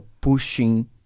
pushing